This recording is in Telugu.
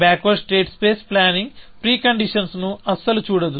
backward state space planning preconditions ను అస్సలు చూడదు